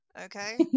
okay